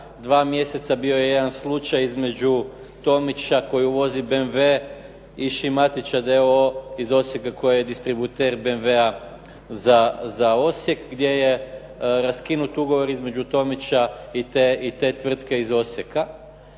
dva mjeseca bio je jedan slučaj između Tomića koji uvozi BMW-a i Šimatića d.o.o. iz Osijeka koji je distributer BMW-a za Osijek gdje je raskinut ugovor između Tomića i te tvrtke iz Osijeka